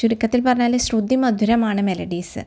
ചുരുക്കത്തിൽ പറഞ്ഞാല് ശ്രുതി മധുരമാണ് മെലഡീസ്